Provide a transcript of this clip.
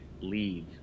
leave